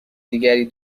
دیگری